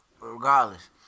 Regardless